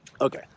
okay